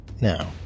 Now